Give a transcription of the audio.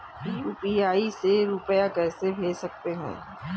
UPI से रुपया कैसे भेज सकते हैं?